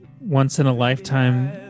once-in-a-lifetime